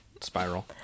spiral